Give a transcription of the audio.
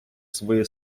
свої